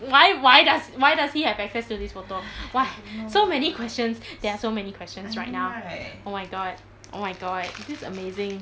why why does he have access to this photo why so many questions there are so many questions right now oh my god oh my god this is amazing